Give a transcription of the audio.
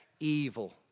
evil